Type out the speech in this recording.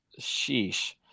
Sheesh